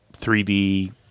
3d